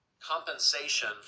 compensation